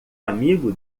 amigo